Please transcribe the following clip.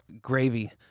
Gravy